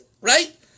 right